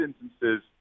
instances